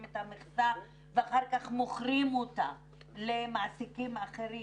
את המכסה ואחר כך מוכרים אותה למעסיקים אחרים.